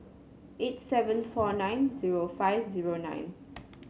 eight seven four nine zero five zero nine